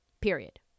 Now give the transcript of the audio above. Period